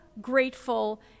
grateful